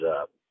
up